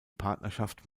partnerschaft